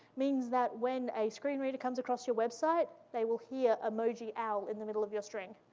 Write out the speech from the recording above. means that when a screen reader comes across your website, they will hear emoji owl in the middle of your string.